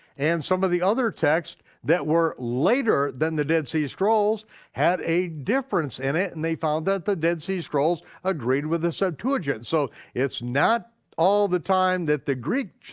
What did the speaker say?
and some of the other texts that were later than the dead sea scrolls had a difference in it, and they found that the dead sea scrolls agreed with the septuagint, so it's not all the time that the greek